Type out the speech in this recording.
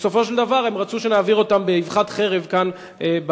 ובסופו של דבר הם רצו שנעביר אותם באבחת חרב כאן במליאה,